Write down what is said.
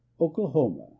Oklahoma